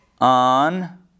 on